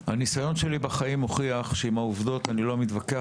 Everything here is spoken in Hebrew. הניסיון שלי בחיים הוכיח שעם עובדות אני לא מתווכח,